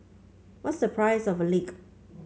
what's the price of a leak